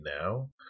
now